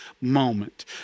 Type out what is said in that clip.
moment